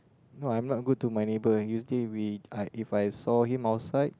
no I'm not good to my neighbour usually we I If I saw him outside